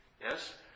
yes